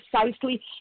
precisely